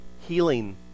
healing